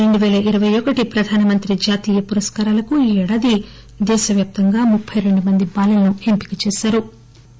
రెండు పేల ఇరవై ఒకటి ప్రధాన మంత్రి జాతీయ పురస్కారాలకు ఈ ఏడాది దేశవ్యాప్తంగా ముప్పి రెండు మందిని బాలలను ఎంపిక చేశారు